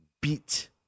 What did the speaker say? beat